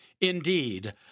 Indeed